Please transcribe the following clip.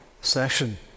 session